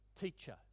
teacher